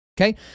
okay